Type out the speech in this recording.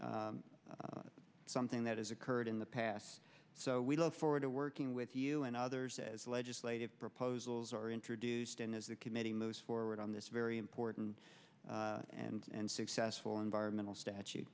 been something that has occurred in the past so we look forward to working with you and others as legislative proposals are introduced and as the committee moves forward on this very important and successful environmental statu